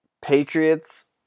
Patriots